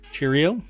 Cheerio